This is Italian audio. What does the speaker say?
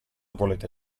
volete